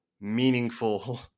meaningful